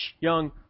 young